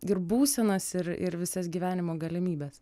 ir būsenas ir ir visas gyvenimo galimybes